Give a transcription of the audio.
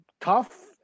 tough